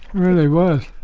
really was.